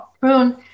prune